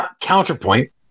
counterpoint